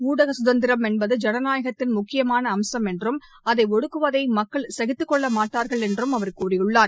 ஊடக கதந்திரம் என்பது ஜனநாயகத்தின் முக்கியமான அம்சம் என்றும் அதை ஒடுக்குவதை மக்கள் சகித்து கொள்ள மாட்டார்கள் என்றும் அவர் கூறியுள்ளார்